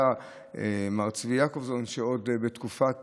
במשך 15 השנים האחרונות שאני מכהן כחבר כנסת שאלתי